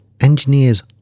engineers